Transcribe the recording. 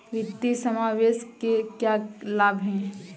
वित्तीय समावेशन के क्या लाभ हैं?